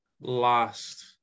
last